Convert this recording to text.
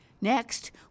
Next